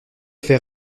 fait